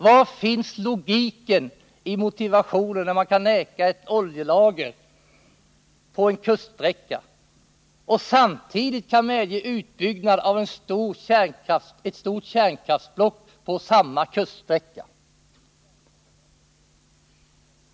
Var finns logiken i motiveringen när placeringen av ett oljelager på en viss kuststräcka vägras samtidigt som utbyggnaden av ett stort kärnkraftsblock på samma kuststräcka medges?